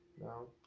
No